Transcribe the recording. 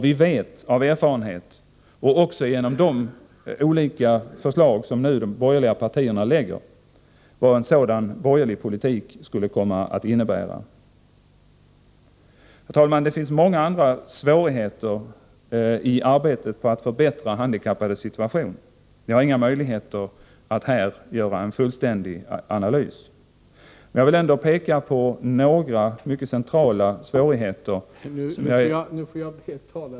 Vi vet av erfarenhet, och även genom de olika förslag som de borgerliga partierna nu lägger fram, vad en sådan borgerlig politik skulle komma att innebära. Herr talman! Det finns många andra svårigheter i fråga om arbetet på att förbättra de handikappades situation. Jag har inga möjligheter att här göra en fullständig analys. Jag vill ändå peka på några mycket centrala svårigheter.